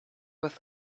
with